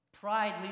Pride